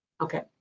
Okay